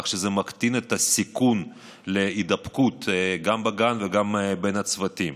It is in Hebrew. כך שזה מקטין את הסיכון להידבקות גם בגן וגם בין הצוותים.